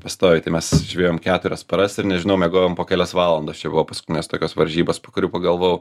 pastoviai tai mes žvejojom keturias paras ir nežinau miegojom po kelias valandas čia buvo paskutinės tokios varžybos po kurių pagalvojau